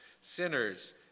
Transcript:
sinners